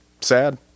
sad